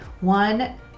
one